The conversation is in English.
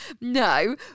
No